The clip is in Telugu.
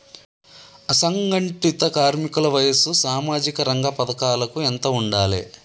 అసంఘటిత కార్మికుల వయసు సామాజిక రంగ పథకాలకు ఎంత ఉండాలే?